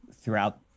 throughout